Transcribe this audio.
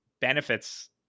benefits